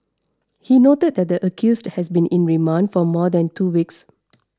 he noted that the accused has been in remand for more than two weeks